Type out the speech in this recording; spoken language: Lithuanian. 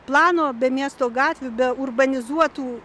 plano be miesto gatvių be urbanizuotų